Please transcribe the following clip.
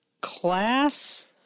class